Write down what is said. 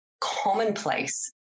commonplace